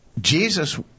Jesus